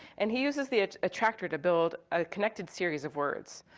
and he uses the attractor to build a connected series of words,